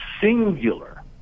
singular